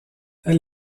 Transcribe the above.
elle